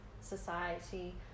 society